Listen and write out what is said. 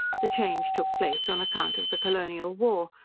the change took place on account of the colonial war,